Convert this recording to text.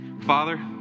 Father